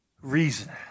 reason